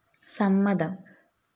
സമ്മതം